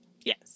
Yes